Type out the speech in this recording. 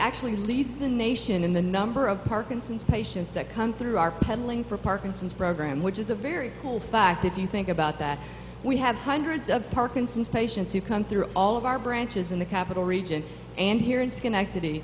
actually leads the nation in the number of parkinson's patients that come through our pedaling for parkinson's program which is a very cool fact if you think about that we have hundreds of parkinson's patients who come through all of our branches in the capitol region and here in schenectady